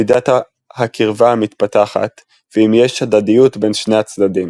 מידת הקרבה המתפתחת ואם יש הדדיות בין שני הצדדים.